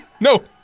No